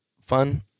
fun